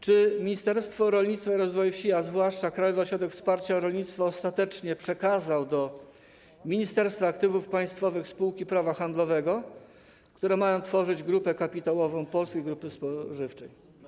Czy Ministerstwo Rolnictwa i Rozwoju Wsi, a zwłaszcza Krajowy Ośrodek Wsparcia Rolnictwa ostatecznie przekazały do Ministerstwa Aktywów Państwowych spółki prawa handlowego, które mają tworzyć grupę kapitałową Polskiej Grupy Spożywczej?